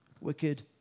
wicked